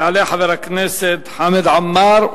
יעלה חבר הכנסת חמד עמאר.